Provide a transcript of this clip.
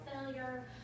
failure